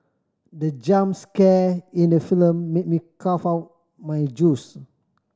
the jump scare in the film made me cough out my juice